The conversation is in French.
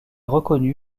reconnu